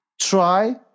Try